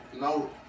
No